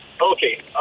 Okay